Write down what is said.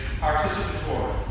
participatory